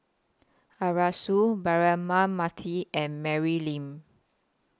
Arasu Braema Mathi and Mary Lim